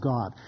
God